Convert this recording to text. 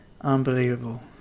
unbelievable